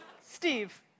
Steve